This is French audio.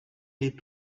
l’est